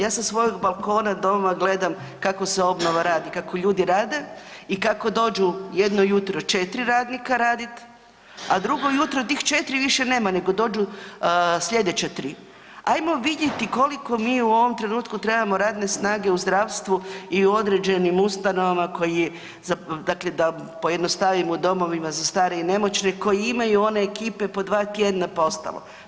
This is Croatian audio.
Ja sa svojeg balkona doma gledam kako se obnova radi, kako ljudi rade i kako dođu jedno jutro 4 radnika raditi, a drugo jutro tih 4 više nema, nego dođu sljedeća 3. hajmo vidjeti koliko mi u ovom trenutku trebamo radne snage u zdravstvu i u određenim ustanovama koje, dakle da pojednostavim, u domovima za starije i nemoćne koje imaju one ekipe po 2 tjedna pa ostalo.